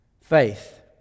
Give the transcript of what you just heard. Faith